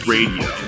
Radio